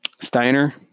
Steiner